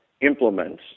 implements